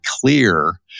clear